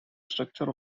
structure